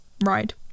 ride